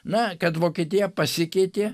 na kad vokietija pasikeitė